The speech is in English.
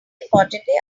importantly